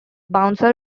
bouncer